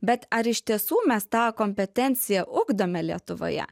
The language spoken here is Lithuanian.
bet ar iš tiesų mes tą kompetenciją ugdome lietuvoje